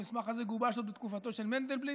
המסמך הזה גובש עוד בתקופתו של מנדלבליט,